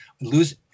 Lose